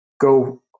go